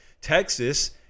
Texas